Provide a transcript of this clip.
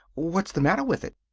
what's the matter with it?